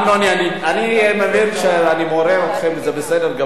אני מבין שאני מעורר אתכם וזה בסדר גמור,